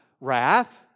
wrath